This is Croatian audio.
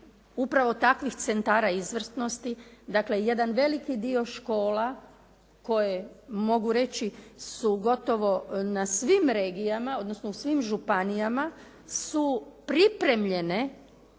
upravo takvih centara izvrsnosti, dakle, jedan veliki dio škola koje mogu reći su gotovo na svim regijama, odnosno županijama su pripremljene